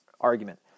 argument